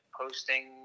posting